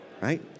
right